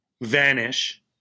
vanish